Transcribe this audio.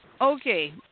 Okay